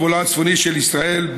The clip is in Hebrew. בגבולה הצפוני של ישראל,